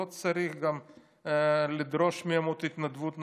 לא צריך לדרוש מהם התנדבות נוספת.